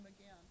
again